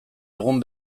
egun